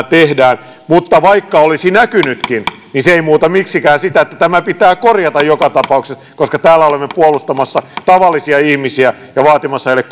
tehdään mutta vaikka olisi näkynytkin se ei muuta miksikään sitä että tämä pitää korjata joka tapauksessa koska täällä olemme puolustamassa tavallisia ihmisiä ja vaatimassa heille